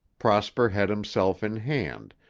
prosper had himself in hand,